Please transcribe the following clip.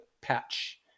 patch